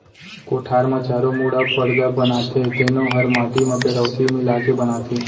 कोठार म चारों मुड़ा परदा बनाथे तेनो हर माटी म पेरौसी मिला के बनाथें